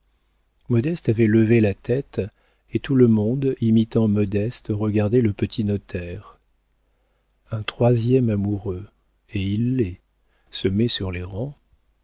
modeste avait levé la tête et tout le monde imitant modeste regardait le petit notaire un troisième amoureux et il l'est se met sur les rangs